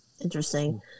Interesting